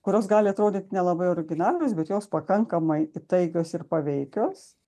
kurios gali atrodyt ne labai originalios bet jos pakankamai taigios ir paveikios